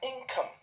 income